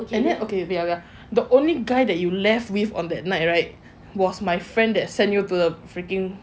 okay wait wait ya the only guy that you left with on that night right was my friend that send you to freaking